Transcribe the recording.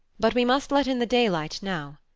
but we must let in the daylight now.